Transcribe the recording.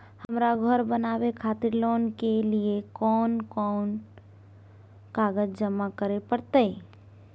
हमरा धर बनावे खातिर लोन के लिए कोन कौन कागज जमा करे परतै?